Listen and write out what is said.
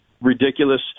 ridiculous